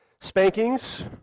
Spankings